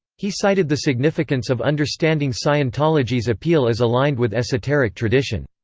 he cited the significance of understanding scientology's appeal as aligned with esoteric tradition.